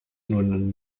nun